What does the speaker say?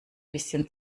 bisschen